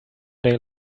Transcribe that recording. day